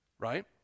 Right